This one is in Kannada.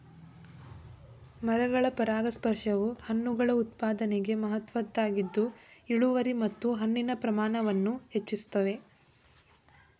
ಮರಗಳ ಪರಾಗಸ್ಪರ್ಶವು ಹಣ್ಣುಗಳ ಉತ್ಪಾದನೆಗೆ ಮಹತ್ವದ್ದಾಗಿದ್ದು ಇಳುವರಿ ಮತ್ತು ಹಣ್ಣಿನ ಪ್ರಮಾಣವನ್ನು ಹೆಚ್ಚಿಸ್ತದೆ